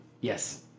Yes